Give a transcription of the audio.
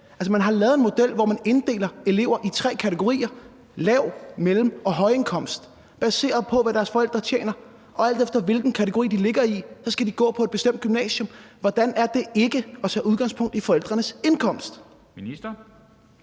man har lavet en model, hvor man inddeler elever i tre kategorier, lav-, mellem- og højindkomst, altså baseret på, hvad deres forældre tjener. Og alt efter hvilken kategori de ligger i, skal de gå på et bestemt gymnasium. Hvordan er det ikke at tage udgangspunkt i forældrenes indkomst? Kl.